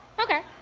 okay.